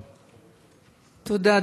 תודה.